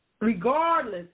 regardless